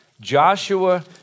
Joshua